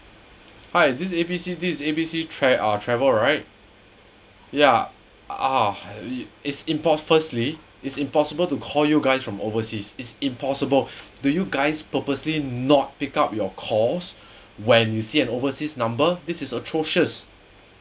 hi this A BC C this is A B C tra~ uh travel right ya ah it's impos~ firstly it's impossible to call you guys from overseas it's impossible do you guys purposely not pick up your calls when you see an overseas number this is atrocious